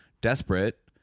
desperate